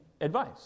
advice